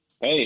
Hey